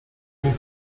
mieć